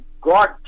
God